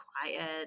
quiet